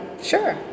Sure